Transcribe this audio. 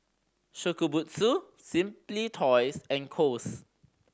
Shokubutsu Simply Toys and Kose